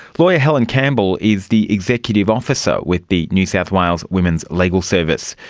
lawyer helen campbell is the executive officer with the new south wales women's legal service.